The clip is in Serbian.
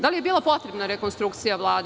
Da li je bila potrebna rekonstrukcija Vlade?